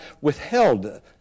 withheld